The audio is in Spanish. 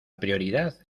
prioridad